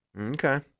Okay